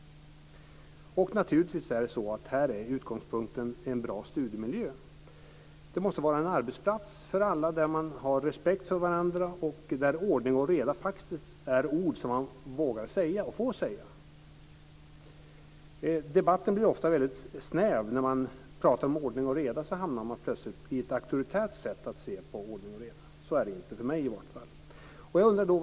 Naturligtvis är utgångspunkten en bra studiemiljö. Det måste vara en arbetsplats för alla där man har respekt för varandra och där ordning och reda faktiskt är ord som man vågar, och får, säga. Debatten blir ofta väldigt snäv. När man pratar om ordning och reda hamnar man plötsligt i ett auktoritärt sätt att se på ordning och reda. Så är det i varje fall inte för mig.